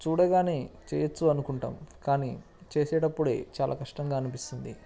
చూడగానే చేయచ్చు అనుకుంటాం కానీ చేసేటప్పుడు చాలా కష్టంగా అనిపిస్తుంది